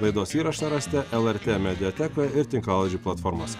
laidos įrašą rasite lrt mediatekoje ir tinklalaidžių platformos